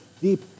deep